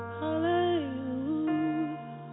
hallelujah